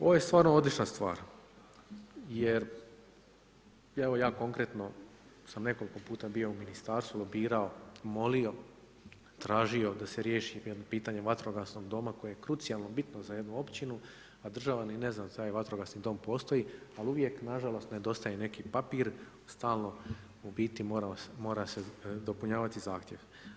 Ovo je stvarno odlična stvar jer evo, ja konkretno sam nekoliko puta bio u Ministarstvu, lobirao, molio, tražio da se riješi jedno pitanje vatrogasnog doma koje je krucijalno bitno za jednu općinu, a država ni ne zna da taj vatrogasni dom postoji, ali uvijek nažalost nedostaje neki papir, stalno u biti mora se dopunjavati zahtjev.